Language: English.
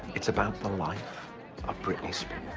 it's about the life of britney spears.